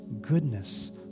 goodness